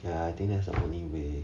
ya I think that's the only way